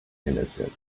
innocent